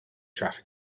traffic